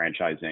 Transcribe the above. franchising